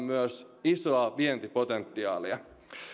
myös isoa vientipotentiaalia